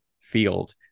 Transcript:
field